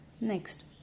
Next